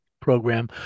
program